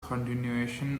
continuation